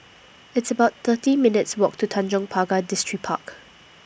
It's about thirty minutes' Walk to Tanjong Pagar Distripark